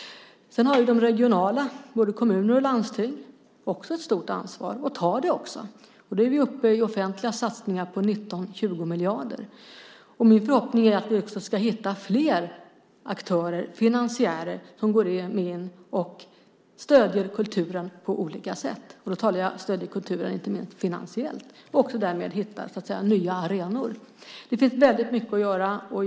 Sedan har också den regionala nivån, både kommuner och landsting, ett stort ansvar och tar det också. Då är vi uppe i offentliga satsningar på 19-20 miljarder. Min förhoppning är att vi också ska hitta fler aktörer som går in och stöder kulturen på olika sätt, inte minst finansiellt, och att vi därmed också kan hitta nya arenor. Det finns väldigt mycket att göra.